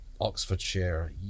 Oxfordshire